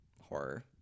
horror